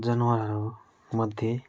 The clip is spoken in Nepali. जनावरहरूमध्ये